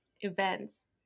events